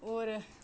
होर